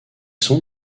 sont